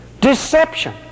Deception